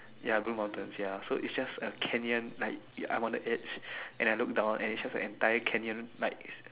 ya bring bottles ya so is just a canyon like I am on the edge and I look down is just the entire canyon like